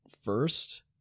first